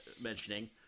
mentioning